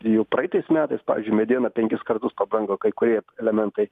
jau praeitais metais pavyzdžiui mediena penkis kartus pabrango kai kurie elementai